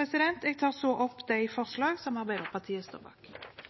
Jeg tar så opp de forslag som Arbeiderpartiet står bak.